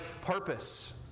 purpose